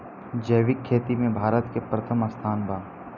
जैविक खेती में भारत के प्रथम स्थान बा